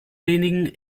wenigen